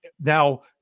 Now